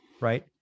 right